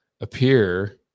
appear